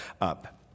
up